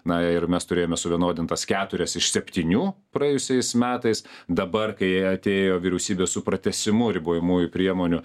na ir mes turėjome suvienodintas keturias iš septynių praėjusiais metais dabar kai atėjo vyriausybė su pratęsimu ribojamųjų priemonių